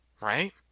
right